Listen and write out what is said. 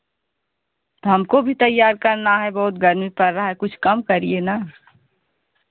तो हमको भी तैयार करना है बहुत गर्मी पड़ रहा है कुछ कम करिए ना